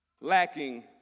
lacking